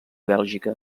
bèlgica